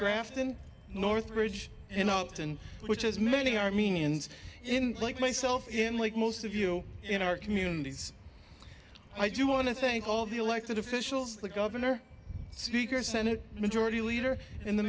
grafton north bridge you know which has many armenians in like myself and like most of you in our communities i do want to thank all the elected officials the governor speaker senate majority leader in the